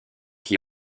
qui